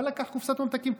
בא ולקח קופסת ממתקים,